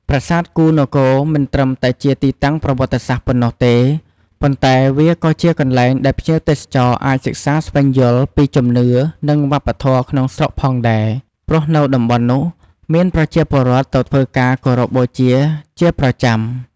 ប្រាសាទគូហ៍នគរមិនត្រឹមតែជាទីតាំងប្រវត្តិសាស្ត្រប៉ុណ្ណោះទេ ប៉ុន្តែវាក៏ជាកន្លែងដែលភ្ញៀវទេសចរអាចសិក្សាស្វែងយល់ពីជំនឿនិងវប្បធម៌ក្នុងស្រុកផងដែរ ព្រោះនៅតំបន់នោះមានប្រជាពលរដ្ឋទៅធ្វើការគោរពបូជាជាប្រចាំ។